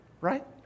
right